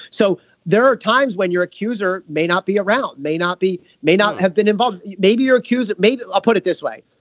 so there are times when your accuser may not be around may not be may not have been involved. maybe your accuser. maybe i'll put it this way.